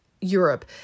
Europe –